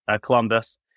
Columbus